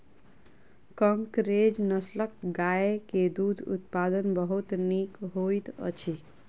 कंकरेज नस्लक गाय के दूध उत्पादन बहुत नीक होइत अछि